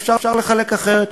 אפשר לחלק אחרת,